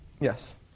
Yes